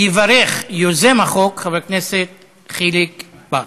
יברך יוזם החוק, חבר הכנסת חיליק בר,